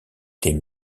des